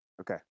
okay